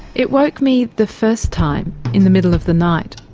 it woke me the first time in the middle of the night.